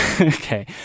Okay